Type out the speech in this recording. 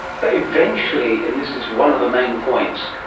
but eventually, and this is one of the main points,